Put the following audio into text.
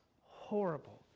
horrible